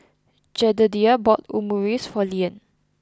Jedediah bought Omurice for Leanne